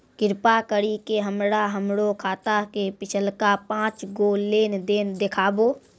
कृपा करि के हमरा हमरो खाता के पिछलका पांच गो लेन देन देखाबो